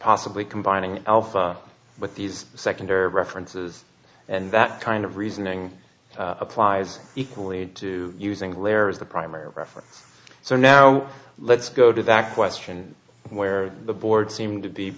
possibly combining alpha but these second are references and that kind of reasoning applies equally to using blair as the primary reference so now let's go to back question where the board seemed to be